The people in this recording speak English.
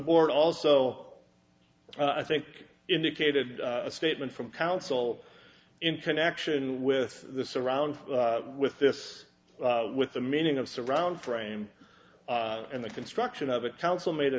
board also i think indicated a statement from council in connection with the surround with this with the meaning of surround frame and the construction of a council made a